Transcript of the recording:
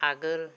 आगोल